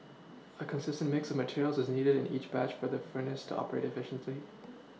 a consistent mix of materials is needed in each batch for the furnace to operate efficiently